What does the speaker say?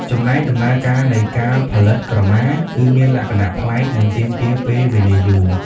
ចំណែកដំណើរការនៃការផលិតក្រមាគឺមានលក្ខណៈប្លែក និងទាមទារពេលវេលាយូរ។